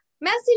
message